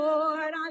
Lord